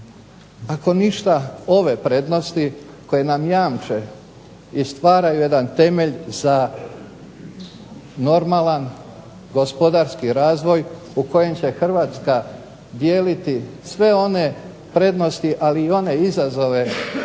ako ništa ove prednosti koje nam jamče i stvaraju jedan temelj za normalan gospodarski razvoj u kojem će Hrvatska dijeliti sve one prednosti ali i one izazove